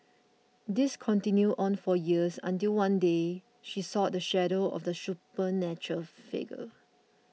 this continued on for years until one day she saw the shadow of the supernatural figure